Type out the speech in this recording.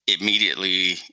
immediately